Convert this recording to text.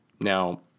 Now